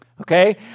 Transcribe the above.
okay